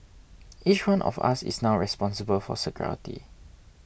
each one of us is now responsible for security